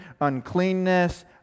uncleanness